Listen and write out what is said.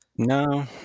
No